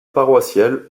paroissial